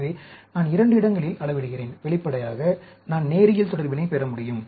எனவே நான் இரண்டு இடங்களில் அளவிடுகிறேன் வெளிப்படையாக நான் நேரியல் தொடர்பினைப் பெற முடியும்